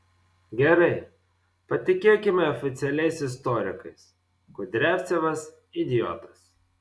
gerai patikėkime oficialiais istorikais kudriavcevas idiotas